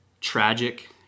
tragic